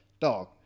dog